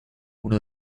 uno